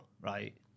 right